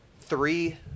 three